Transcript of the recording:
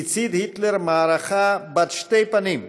הצית היטלר מערכה בת שתי פנים: